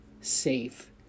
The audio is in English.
safe